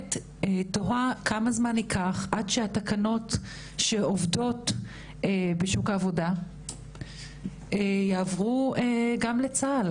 באמת תוהה כמה זמן ייקח עד שהתקנות שעובדות בשוק העבודה יעברו גם לצה"ל.